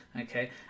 Okay